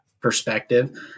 perspective